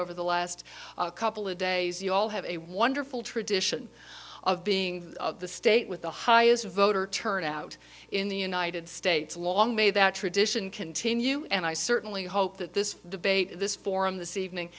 over the last couple of days you all have a wonderful tradition of being the state with the high is voter turnout in the united states long may that tradition continue and i certainly hope that this debate this forum the sea evening